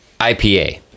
IPA